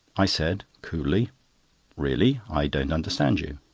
i said, coolly really, i don't understand you.